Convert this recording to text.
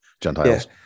Gentiles